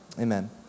Amen